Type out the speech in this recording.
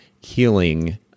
healing